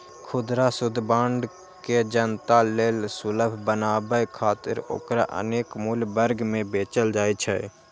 खुदरा युद्ध बांड के जनता लेल सुलभ बनाबै खातिर ओकरा अनेक मूल्य वर्ग मे बेचल जाइ छै